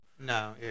No